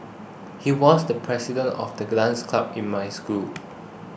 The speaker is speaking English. he was the president of the dance club in my school